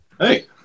Hey